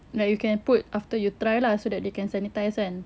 like you can put after you try lah so that they can sanitise kan